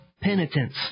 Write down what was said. Penitence